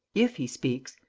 if he speaks,